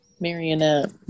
marionette